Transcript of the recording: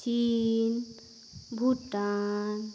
ᱪᱤᱱ ᱵᱷᱩᱴᱟᱱ